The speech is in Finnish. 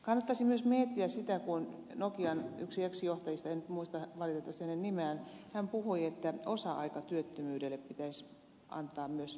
kannattaisi myös miettiä sitä kun nokian yksi ex johtajista en nyt muista valitettavasti hänen nimeään puhui että osa aikatyöttömyydelle pitäisi antaa myös mahdollisuus